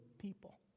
people